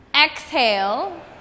exhale